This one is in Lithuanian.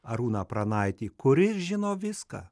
arūną pranaitį kuris žino viską